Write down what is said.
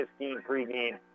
pregame